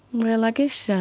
well i guess yeah